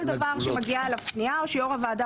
כל דבר שמגיע עליו פנייה או שיו"ר הוועדה